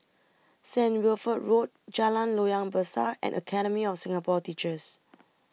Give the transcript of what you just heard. Saint Wilfred Road Jalan Loyang Besar and Academy of Singapore Teachers